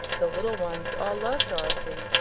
the little ones all love dorothy,